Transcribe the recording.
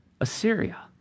Assyria